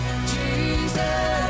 Jesus